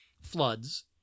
floods